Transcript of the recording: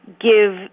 give